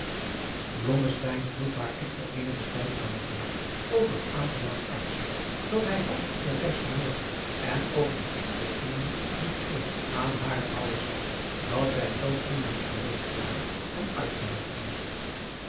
hield haar echter eenigen tijd aan den praat over het aangenaam uitzigt dat hij had op de reis van morgen en over de verpligtingen die hij aan adriaan loosjes pzn het leven van johannes wouter blommesteyn hare ouders had dat zij zoo vriendelijk geweest waren hem uit te noodigen